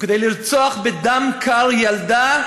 לרצוח בדם קר ילדה